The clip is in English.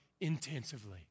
intensively